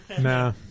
Nah